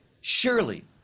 surely